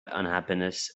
unhappiness